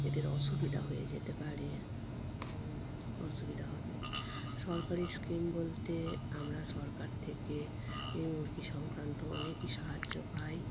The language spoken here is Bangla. এদের অসুবিধা হয়ে যেতে পারে অসুবিধা হবে সরকারি স্কিম বলতে আমরা সরকার থেকে এই মুরগি সংক্রান্ত অনেকই সাহায্য পাই